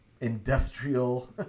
industrial